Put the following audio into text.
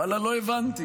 ואללה, לא הבנתי.